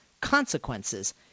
consequences